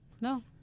No